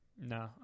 No